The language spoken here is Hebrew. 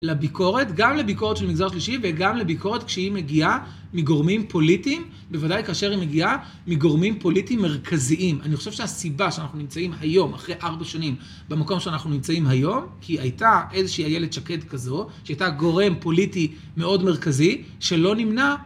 לביקורת, גם לביקורת של מגזר שלישי, וגם לביקורת כשהיא מגיעה מגורמים פוליטיים, בוודאי כאשר היא מגיעה מגורמים פוליטיים מרכזיים. אני חושב שהסיבה שאנחנו נמצאים היום, אחרי 4 שנים, במקום שאנחנו נמצאים היום, כי הייתה איזושהי אילת שקד כזו, שהייתה גורם פוליטי מאוד מרכזי, שלא נמנע...